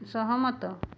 ସହମତ